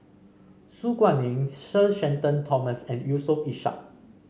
Su Guaning Sir Shenton Thomas and Yusof Ishak